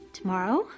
Tomorrow